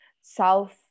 South